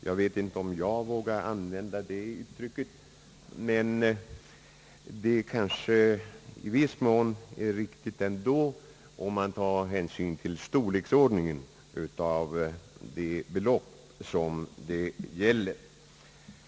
Jag vet inte om jag vågar använda det uttrycket, men det kanske i viss mån är rik tigt, om man tar hänsyn till storleksordningen av de belopp det gäller.